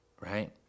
right